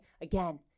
again